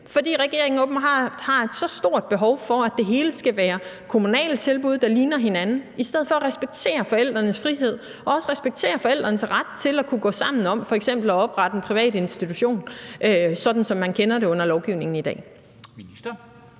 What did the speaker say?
fordi regeringen åbenbart har et så stort behov for, at det hele skal være kommunale tilbud, der ligner hinanden, i stedet for at respektere forældrenes frihed og også respektere forældrenes ret til at kunne gå sammen om f.eks. at oprette en privat institution, sådan som man kender det under lovgivningen i dag. Kl.